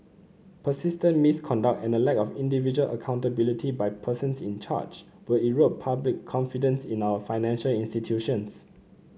persistent misconduct and a lack of individual accountability by persons in charge will erode public confidence in our financial institutions